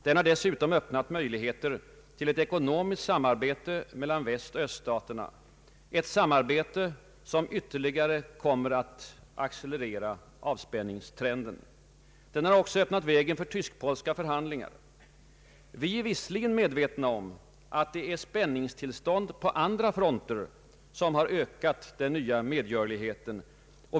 Den har dessutom öppnat möjligheter till ett ekonomiskt samarbete mellan västoch öststaterna, ett samarbete som ytterligare kommer att accelerera avspänningstrenden. Den har också öppnat vägen för tysk-polska förhandlingar. Vi är visserligen medvetna om att det är spänningstillstånd på andra fronter, som har ökat den nya medgörligheten.